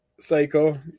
Psycho